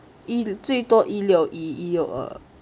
一最多一六一一六二